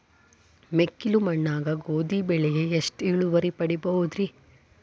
ಮೆಕ್ಕಲು ಮಣ್ಣಾಗ ಗೋಧಿ ಬೆಳಿಗೆ ಎಷ್ಟ ಇಳುವರಿ ಪಡಿಬಹುದ್ರಿ?